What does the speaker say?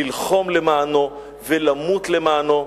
ללחום למענו ולמות למענו.